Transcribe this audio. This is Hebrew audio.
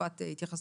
תקופת התייחסות.